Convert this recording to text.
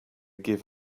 give